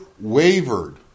wavered